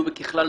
דובק ככלל,